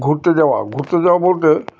ঘুরতে যাওয়া ঘুরতে যাওয়া বলতে